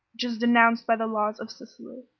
which is denounced by the laws of sicily.